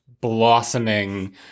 blossoming